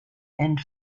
and